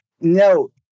no